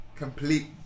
complete